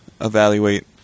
evaluate